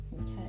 okay